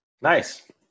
nice